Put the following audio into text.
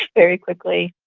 very quickly.